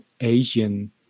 asian